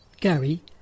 Gary